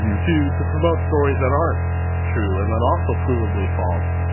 too, to promote stories that aren't true and then also provably false.